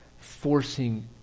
forcing